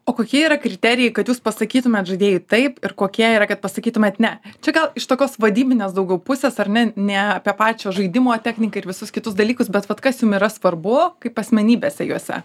o kokie yra kriterijai kad jūs pasakytumėt žaidėjui taip ir kokie yra kad pasakytumėt ne čia gal iš tokios vadybinės daugiau pusės ar ne ne apie pačio žaidimo techniką ir visus kitus dalykus bet vat kas jum yra svarbu kaip asmenybėse juose